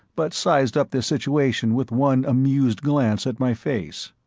but sized up the situation with one amused glance at my face.